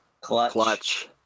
Clutch